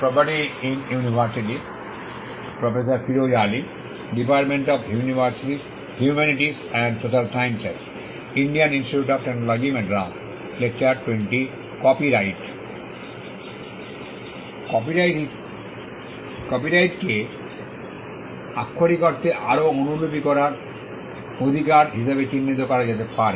copyright কপিরাইটটিকে আক্ষরিক অর্থে আরও অনুলিপি করার অধিকার হিসাবে চিহ্নিত করা যেতে পারে